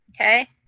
okay